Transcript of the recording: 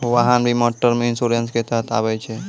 वाहन बीमा term insurance के तहत आबै छै